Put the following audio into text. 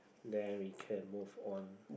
then we can move on